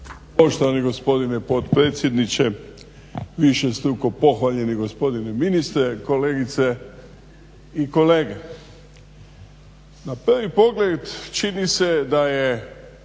Poštovani gospodine potpredsjedniče, višestruko pohvaljeni gospodine ministre, kolegice i kolege. Na prvi pogled čini se da je